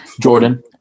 Jordan